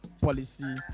policy